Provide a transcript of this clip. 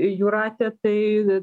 jūratė tai